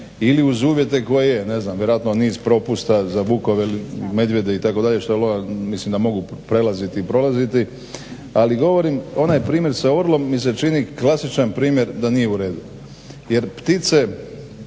ili uz uvjete koje ne znam vjerojatno niz propusta za vukove ili medvjede itd. što mislim da mogu prelaziti i prolaziti. Ali govorim onaj primjer sa orlom mi se čini klasičan primjer da nije uredu jer ptice